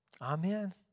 amen